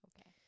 Okay